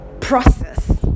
process